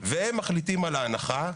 והם מחליטים על ההנחה.